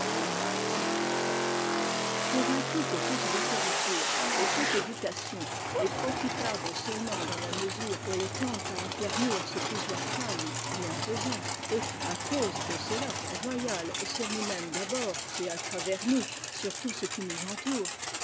convaincu que toute littérature et toute éducation est profitable seulement dans la mesure où elles tendent à affermir ce pouvoir calme bienfaisant et à cause de cela royal sur nous-mêmes d'abord et à travers nous sur tout ce qui nous entoure